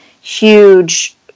huge